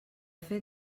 fet